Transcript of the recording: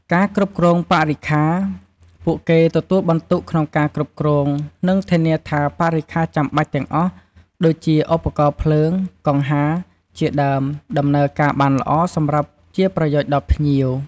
ការប្រមូល និងចាត់ចែងអំណោយ ពុទ្ធបរិស័ទជួយក្នុងការប្រមូល និងចាត់ចែងអំណោយផ្សេងៗដែលភ្ញៀវបាននាំយកមក ដើម្បីបូជាព្រះសង្ឃ ឬចូលរួមចំណែកក្នុងពិធីបុណ្យ។